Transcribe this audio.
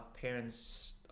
parents